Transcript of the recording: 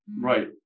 Right